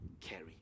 carry